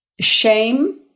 shame